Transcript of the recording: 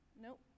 nope